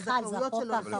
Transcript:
בזכאויות שלו.